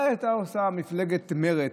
מה הייתה עושה מפלגת מרצ,